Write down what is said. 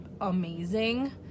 amazing